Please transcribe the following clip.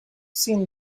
seen